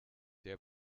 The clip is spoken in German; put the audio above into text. der